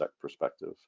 perspective